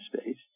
space